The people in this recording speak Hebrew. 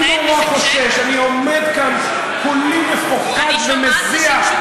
אני עומד כאן, כולי מפוחד ומזיע.